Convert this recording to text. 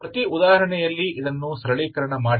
ಆದ್ದರಿಂದ ಪ್ರತಿ ಉದಾಹರಣೆಯಲ್ಲಿ ಇದನ್ನು ಸರಳೀಕರಣ ಮಾಡಿ